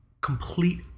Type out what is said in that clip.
Complete